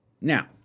Now